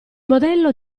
modello